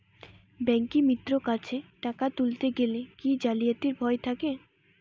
ব্যাঙ্কিমিত্র কাছে টাকা তুলতে গেলে কি জালিয়াতির ভয় থাকে?